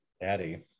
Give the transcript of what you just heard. daddy